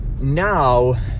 now